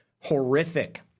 horrific